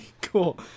Cool